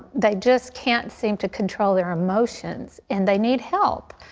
they just can't seem to control their emotions. and they need help.